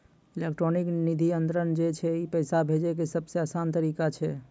electronic निधि अन्तरन जे छै ई पैसा भेजै के सभ से असान तरिका छै